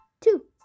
Two